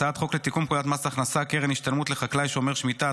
הצעת חוק לתיקון פקודת מס הכנסה (קרן השתלמות לחקלאי שומר שמיטה),